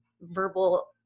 verbal